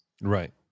Right